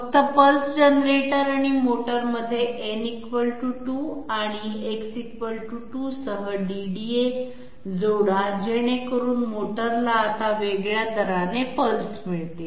फक्त pulse generator आणि मोटरमध्ये n 2 आणि X 2 सह DDA जोडा जेणेकरून मोटरला आता वेगळ्या दराने पल्स मिळतील